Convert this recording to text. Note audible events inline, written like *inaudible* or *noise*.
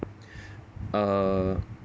*breath* uh